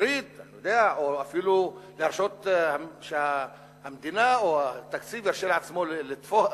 להוריד או אפילו להרשות שהתקציב ירשה לעצמו לתפוח?